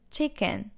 Chicken